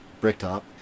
Bricktop